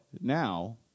Now